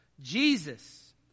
Jesus